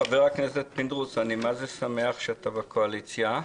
חבר הכנסת פינדרוס, אני שמח שאתה בקואליציה,